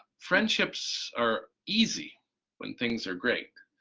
friendships are easy when things are great,